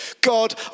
God